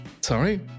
Sorry